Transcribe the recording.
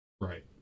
Right